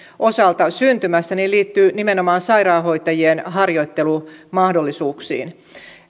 osalta syntymässä liittyy nimenomaan sairaanhoitajien harjoittelumahdollisuuksiin